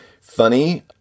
funny